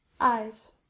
Eyes